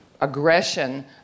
aggression